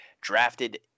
drafted